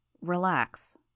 Relax